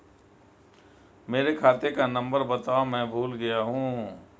मेरे खाते का नंबर बताओ मैं भूल गया हूं